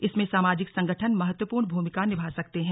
इसमें सामाजिक संगठन महत्वपूर्ण भूमिका निभा सकते हैं